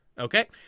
Okay